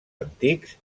antics